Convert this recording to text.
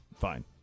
Fine